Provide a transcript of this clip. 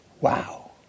Wow